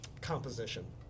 composition